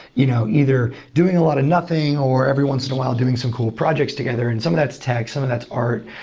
you know either doing a lot of nothing, or every once in a while, doing some cool projects together. and some of that is tech, some of that is art.